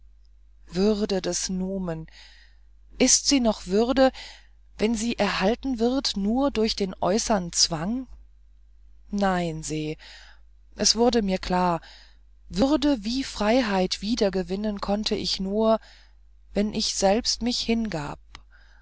würde des numen ist sie noch würde wenn sie erhalten wird durch den äußeren zwang nein se es wurde mir klar würde wie freiheit wiedergewinnen konnte ich nur wenn ich selbst mich hingab